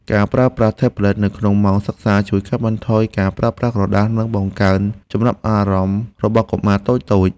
ការប្រើប្រាស់ថេប្លេតនៅក្នុងម៉ោងសិក្សាជួយកាត់បន្ថយការប្រើប្រាស់ក្រដាស និងបង្កើនចំណាប់អារម្មណ៍របស់កុមារតូចៗ។